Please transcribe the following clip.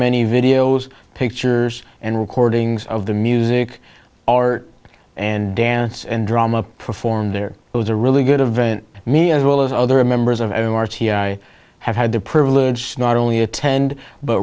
many videos pictures and recordings of the music art and dance and drama performed there it was a really good event to me as well as other members of have had the privilege to not only attend but